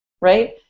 right